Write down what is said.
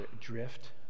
drift